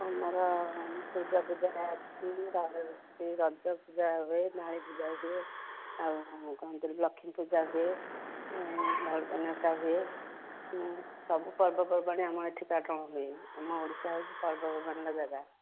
ଆମର ଦୁର୍ଗା ପୂଜା ଅଛି ରଜ ପୂଜା ହୁଏ କାଳୀ ପୂଜା ହୁଏ ଆଉ କ'ଣ ଲକ୍ଷ୍ମୀ ପୂଜା ହୁଏ ହୁଏ ମୁଁ ସବୁ ପର୍ବପର୍ବାଣୀ ଆମ ଏଠି ପାଳନ ହୁଏ ଆମ ଓଡ଼ିଶା ହେଉଛି ପର୍ବପର୍ବାଣୀର ଜାଗା